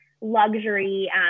luxury